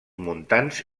montans